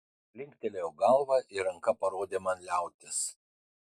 linktelėjo galva ir ranka parodė man liautis